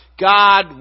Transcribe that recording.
God